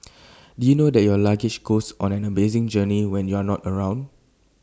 did you know that your luggage goes on an amazing journey when you're not around